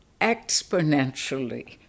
exponentially